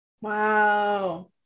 Wow